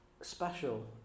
special